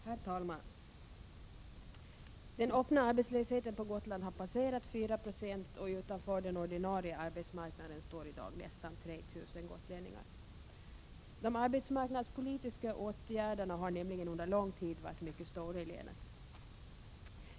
Herr talman! Den öppna arbetslösheten på Gotland har passerat 4 90, och nästan 3 000 gotlänningar står i dag utanför den ordinarie arbetsmarknaden. De arbetsmarknadspolitiska åtgärderna har nämligen under lång tid varit mycket stora i länet.